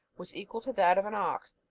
was equal to that of an ox,